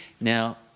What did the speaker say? Now